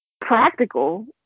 practical